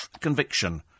conviction